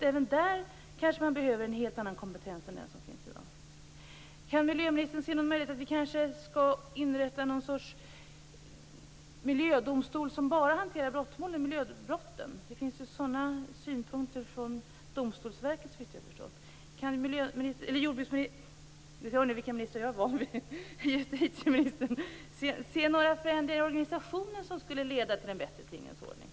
Även där behövs det kanske en helt annan kompetens än den som finns i dag. Kan justitieministern se någon möjlighet att inrätta en miljödomstol som bara hanterar miljöbrotten? Det finns ju sådana synpunkter från Domstolsverket, såvitt jag har förstått. Kan justitieministern se några förändringar i organisationen som skulle leda till en bättre tingens ordning?